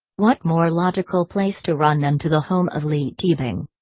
what more logical place to run than to the home of leigh teabing?